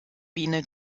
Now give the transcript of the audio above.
biene